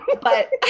but-